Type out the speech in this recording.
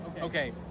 okay